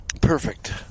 Perfect